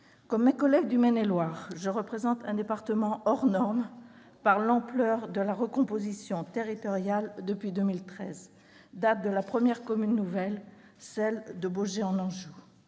Comme mes collègues du Maine-et-Loire, je représente un département « hors normes » par l'ampleur de la recomposition territoriale depuis 2013, date de naissance de la première commune nouvelle, celle de Baugé-en-Anjou.